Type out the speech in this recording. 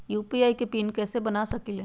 UPI के PIN कैसे बना सकीले?